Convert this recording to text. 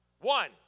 One